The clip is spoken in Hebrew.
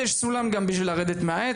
וגם יש סולם לרדת מהעץ,